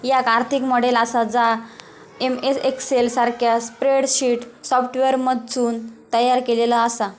याक आर्थिक मॉडेल आसा जा एम.एस एक्सेल सारख्या स्प्रेडशीट सॉफ्टवेअरमधसून तयार केलेला आसा